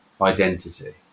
identity